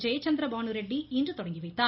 ஜெயசந்திர பானுரெட்டி இன்று தொடங்கி வைத்தார்